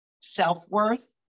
self-worth